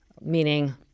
meaning